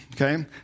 Okay